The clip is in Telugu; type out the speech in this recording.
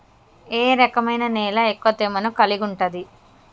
ఏ రకమైన నేల ఎక్కువ తేమను కలిగుంటది?